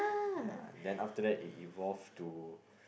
yea then after that it evolved to